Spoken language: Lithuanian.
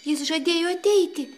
jis žadėjo ateiti